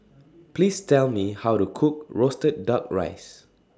Please Tell Me How to Cook Roasted Duck Rice